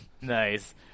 Nice